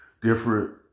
Different